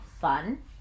fun